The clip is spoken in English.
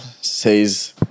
says